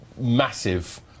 massive